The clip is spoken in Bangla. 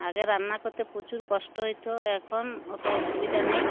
আগে রান্না করতে প্রচুর কষ্ট হইতো এখন অতো অসুবিধা নেই